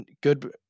good